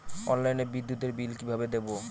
অনলাইনে বিদ্যুতের বিল কিভাবে দেব?